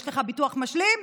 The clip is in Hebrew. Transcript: יש לך ביטוח משלים?